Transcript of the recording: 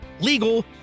legal